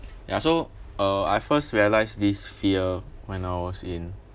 ya so uh I first realised this fear when I was in